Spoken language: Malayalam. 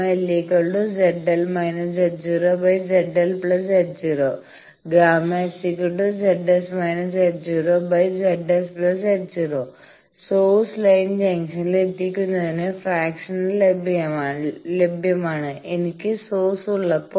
ΓL ZL−Z0 ZL Z0 Γ s Z S Z0 source line ജംഗ്ഷനിൽ എത്തിക്കുന്നതിന് ഫ്രാക്ഷണൽ പവർ ലഭ്യമാണ് എനിക്ക് സോഴ്സ് ഉള്ളപ്പോൾ